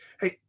Hey